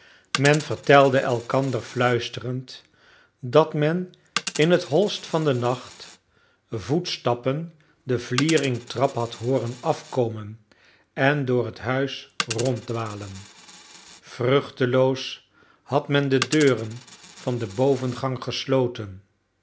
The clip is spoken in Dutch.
men vertelde elkander fluisterend dat men in het holste van den nacht voetstappen de vlieringtrap had hooren afkomen en door het huis ronddwalen vruchteloos had men de deuren van de bovengang gesloten